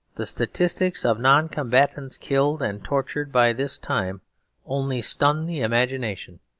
the statistics of non-combatants killed and tortured by this time only stun the imagination.